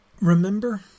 remember